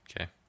Okay